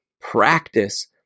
practice